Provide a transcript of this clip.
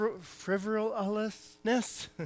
frivolousness